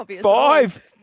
five